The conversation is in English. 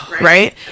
Right